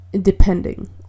depending